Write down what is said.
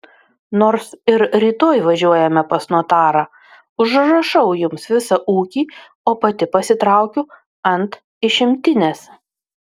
nors ir rytoj važiuojame pas notarą užrašau jums visą ūkį o pati pasitraukiu ant išimtinės